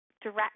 direct